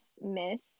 miss